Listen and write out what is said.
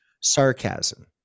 sarcasm